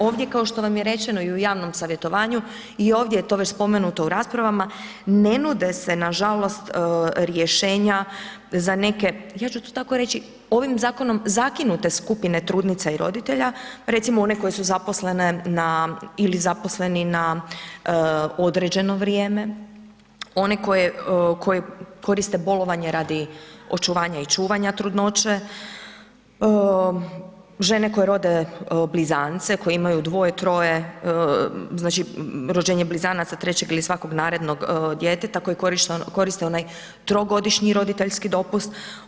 Ovdje kao što vam je rečeno i u javnom savjetovanju i ovdje spomenuto u raspravama, ne nude se nažalost rješenja za neke, ja ću to tako reći, ovim zakonom zakinute skupine trudnica i roditelja, recimo one koje su zaposlene na ili zaposleni na određeno vrijeme, one koriste bolovanja radi očuvanja i čuvana trudnoće, žene koje rode blizance, koje imaju dvoje, troje, znači rođenje blizanaca, trećeg ili svakog narednog djeteta koji koriste onaj trogodišnji roditeljski dopust.